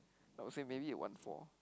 I would say maybe a one four